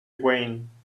wayne